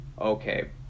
okay